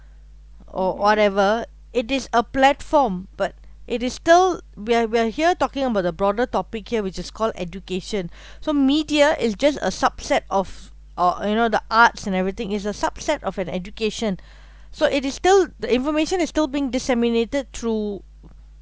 or whatever it is a platform but it is still we're we're here talking about the broader topic here which is called education so media is just a subset of or you know the arts and everything is a subset of an education so it is still the information is still being disseminated through